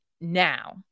now